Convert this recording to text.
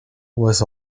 was